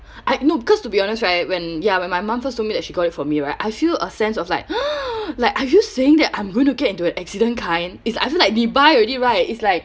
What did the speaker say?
I no because to be honest right when ya when my mom first told me that she got it for me right I feel a sense of like like are you saying that I'm going to get into an accident kind is I feel like you buy already right it's like